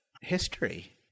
history